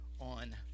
on